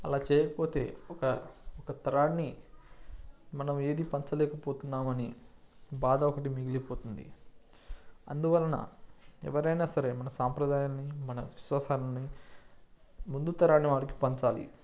అలా చేయకపోతే ఒక తరాన్ని మనం ఏది పంచ లేక పోతున్నామనే బాధ ఒకటి మిగిలిపోతుంది అందువలన ఎవరైనా సరే మన సాంప్రదాయాన్ని మన విశ్వాసాన్ని ముందుతరాల వారికి పంచాలి